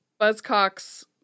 Buzzcocks